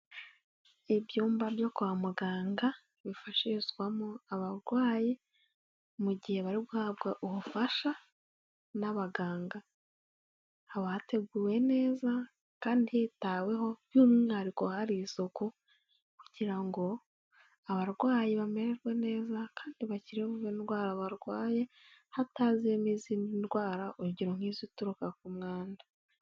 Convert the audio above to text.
Ibyumba byo kwa muganga bifashirizwamo abarwayi, mu gihe bari guhabwa ubufasha n'abaganga, haba hateguwe neza kandi hitaweho by'umwihariko hari isuku kugira ngo abarwayi bamererwe neza kandi bakire vuba indwara barwaye hataziyemo izindi ndwara, urugero nk'izituruka ku mwanda.